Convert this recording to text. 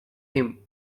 him